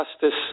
justice